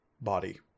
body